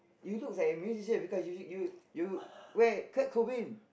you look like a musician because you you you wear Kurt-Cobain